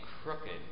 crooked